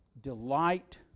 Delight